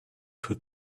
put